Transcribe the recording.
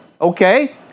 Okay